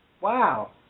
Wow